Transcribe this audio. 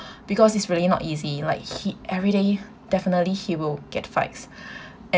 because it's really not easy like he every day definitely he will get fights and